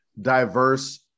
diverse